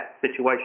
situation